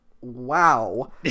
Wow